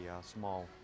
small